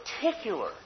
particular